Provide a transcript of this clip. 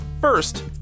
First